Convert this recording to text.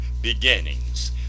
beginnings